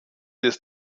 des